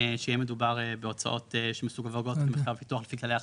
שיהיה מדובר בהוצאות שמסווגות למחקר פיתוח לפי כללי החשבונאות,